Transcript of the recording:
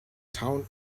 town